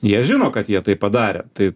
jie žino kad jie tai padarė tai